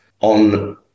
on